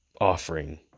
offering